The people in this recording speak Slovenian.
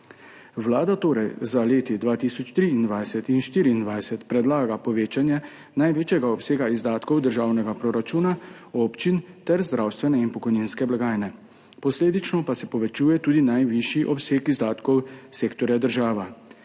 Vlada torej za leti 2023 in 2024 predlaga povečanje največjega obsega izdatkov državnega proračuna, občin ter zdravstvene in pokojninske blagajne, posledično pa se povečuje tudi najvišji obseg izdatkov sektorja država.